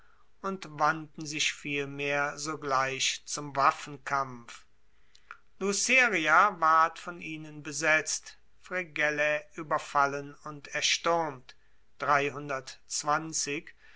und wandten sich vielmehr sogleich zum waffenkampf luceria ward von ihnen besetzt fregellae ueberfallen und erstuermt